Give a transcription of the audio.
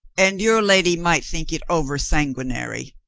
and your lady might think it over sanguinary.